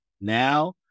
Now